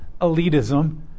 elitism